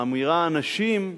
האמירה "אנשים"